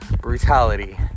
brutality